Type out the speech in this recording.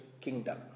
kingdom